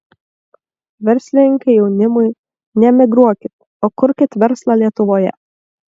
verslininkai jaunimui neemigruokit o kurkit verslą lietuvoje